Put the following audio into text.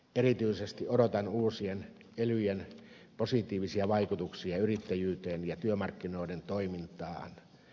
erityisesti odotan uusien elyjen positiivisia vaikutuksia yrittäjyyteen ja työmarkkinoiden toimintaan